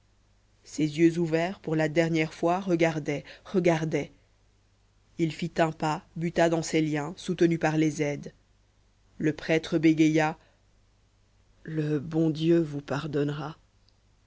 ses yeux ouverts pour la dernière fois regardaient regardaient il fit un pas buta dans ses liens soutenu par les aides le prêtre bégaya le bon dieu vous pardonnera